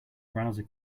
browser